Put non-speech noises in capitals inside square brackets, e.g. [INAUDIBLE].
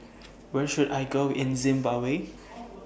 [NOISE] Where should I Go in Zimbabwe [NOISE]